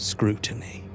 Scrutiny